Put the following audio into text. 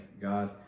God